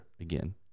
again